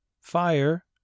fire